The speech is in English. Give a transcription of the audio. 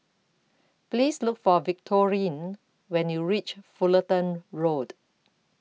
Please Look For Victorine when YOU REACH Fullerton Road